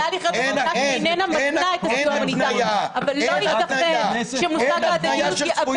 אין ------ מפנה --- אבל לא ייתכן שמוסד ההדדיות יאבד